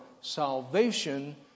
salvation